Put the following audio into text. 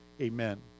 Amen